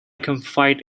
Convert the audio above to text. confide